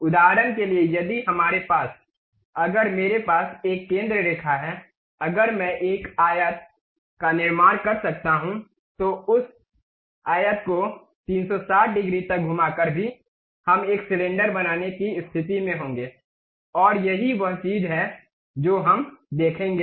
उदाहरण के लिए यदि हमारे पास अगर मेरे पास एक केंद्र रेखा है अगर मैं एक आयत का निर्माण कर सकता हूं तो उस आयत को 360 डिग्री तक घुमाकर भी हम एक सिलेंडर बनाने की स्थिति में होंगे और यही वह चीज है जो हम देखेंगे